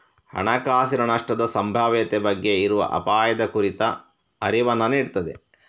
ಹಣಕಾಸಿನ ನಷ್ಟದ ಸಂಭಾವ್ಯತೆ ಬಗ್ಗೆ ಇರುವ ಅಪಾಯದ ಕುರಿತ ಅರಿವನ್ನ ನೀಡ್ತದೆ